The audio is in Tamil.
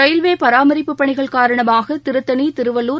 ரயில்வேபராமரிப்புப் பணிகள் காரணமாகதிருத்தணி திருவள்ளூர்